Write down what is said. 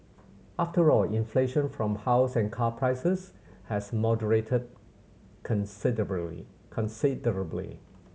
after all inflation from house and car prices has moderated considerably